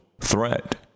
threat